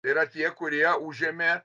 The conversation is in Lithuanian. tai yra tie kurie užėmė